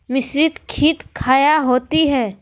मिसरीत खित काया होती है?